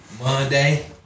Monday